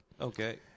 Okay